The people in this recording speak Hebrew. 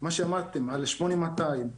מה שאמרתם על 8200,